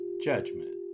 judgment